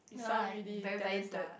you sounds really talented